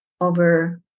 over